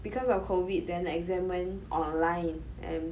because of COVID then exam went online and